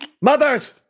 mothers